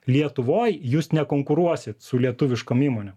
lietuvoj jūs nekonkuruosit su lietuviškom įmonėm